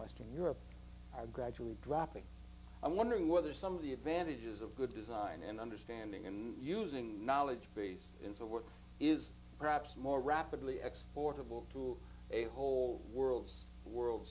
western europe are gradually dropping i'm wondering whether some of the advantages of good design and understanding in using knowledge base in the work is perhaps more rapidly exportable to a whole world's world